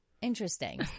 Interesting